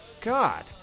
God